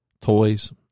toys